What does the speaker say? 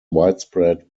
widespread